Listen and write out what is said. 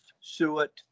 suet